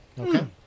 Okay